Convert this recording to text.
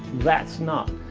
that's not.